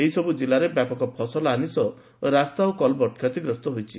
ଏହିସବୁ ଜିଲ୍ଲାରେ ବ୍ୟାପକ ଫସଲ ହାନୀ ସହ ରାସ୍ତା ଓ କଲ୍ଭର୍ଟ କ୍ଷତିଗ୍ରସ୍ତ ହୋଇଛି